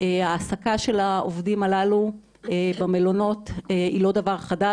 וההעסקה של העובדים הללו במלונות היא לא דבר חדש,